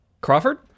Crawford